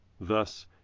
Thus